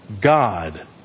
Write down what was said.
God